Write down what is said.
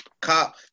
cop